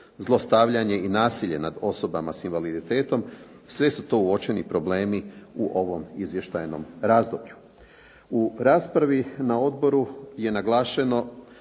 zlostavljanje i nasilje nad osobama sa invaliditetom, sve su to uočeni problemi u ovom izvještajnom razdoblju. U raspravi na odboru je naglašeno